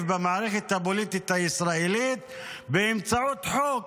במערכת הפוליטית הישראלית באמצעות חוק